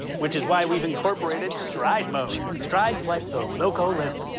which is why we've incorporated stride mode. strides like the loco limp.